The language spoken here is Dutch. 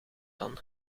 dan